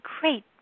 great